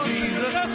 Jesus